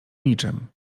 niczym